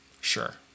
sure